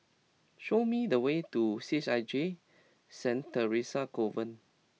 show me the way to C H I J Saint Theresa's Convent